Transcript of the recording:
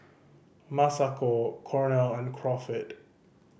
Masako Cornel and Crawford